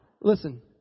Listen